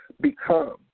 become